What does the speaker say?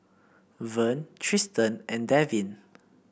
Vern Triston and Devin